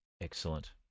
Excellent